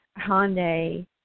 Hyundai